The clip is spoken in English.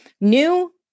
new